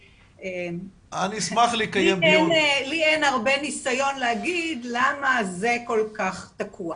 לי אין הרבה ניסיון להגיד למה זה כל כך תקוע.